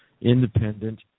independent